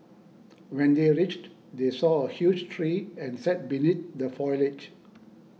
when they reached they saw a huge tree and sat beneath the foliage